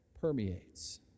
permeates